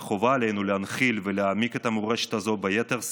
וחובה עלינו להנחיל ולהעמיק את המורשת הזאת ביתר שאת,